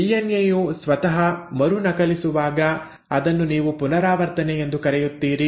DNA ಯು ಸ್ವತಃ ಮರು ನಕಲಿಸುವಾಗ ಅದನ್ನು ನೀವು ಪುನರಾವರ್ತನೆ ಎಂದು ಕರೆಯುತ್ತೀರಿ